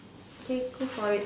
okay go for it